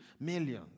millions